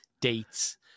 dates